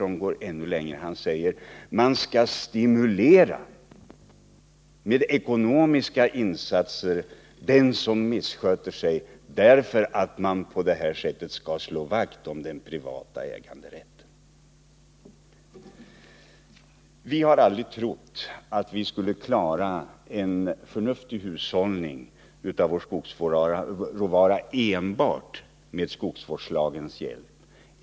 Ja, han går ännu längre. Han säger: Man skall stimulera med ekonomiska insatser den som missköter sig, därför att man skall slå vakt om den privata äganderätten. Vi har aldrig trott att det skulle gå att klara en förnuftig hushållning med skogsråvara enbart med skogsvårdslagens hjälp.